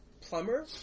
plumber